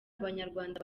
abanyarwanda